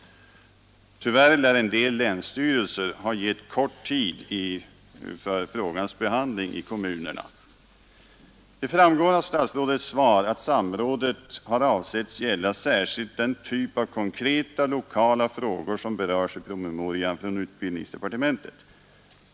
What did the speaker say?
Tyvärr lär en del länsstyrelser ha gett kort tid för frågans behandling i kommunerna. Det framgår av statsrådets svar att samrådet har avsetts gälla särskilt den typ av konkreta, lokala frågor som berörs i promemorian från utbildningsdepartementet.